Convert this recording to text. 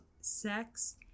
Sex